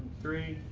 three,